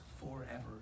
forever